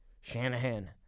Shanahan